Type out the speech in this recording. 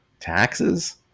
taxes